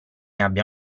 abbia